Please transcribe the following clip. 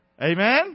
Amen